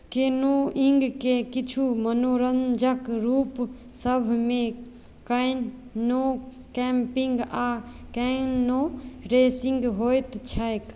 कैनोइङ्गके किछु मनोरञ्जक रूपसभमे कैनो कैंपिंग आ कैनो रेसिंग होइत छैक